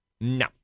No